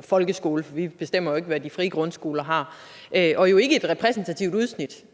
folkeskole – vi bestemmer jo ikke, hvad de frie grundskoler gør – og ikke et repræsentativt udsnit,